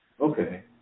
Okay